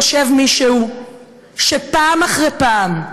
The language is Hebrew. יושב מישהו שפעם אחרי פעם,